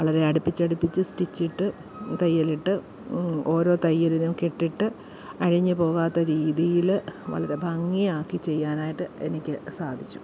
വളരെ അടുപ്പിച്ച് അടുപ്പിച്ച് സ്റ്റിച്ച് ഇട്ട് തയ്യലിട്ട് ഓരോ തയ്യലിലും കെട്ടിട്ട് അഴിഞ്ഞു പോവാത്ത രീതിയിൽ വളരെ ഭംഗിയാക്കി ചെയ്യാനായിട്ട് എനിക്ക് സാധിച്ചു